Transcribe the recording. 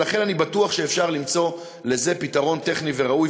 ולכן אני בטוח שאפשר למצוא לזה פתרון טכני ראוי.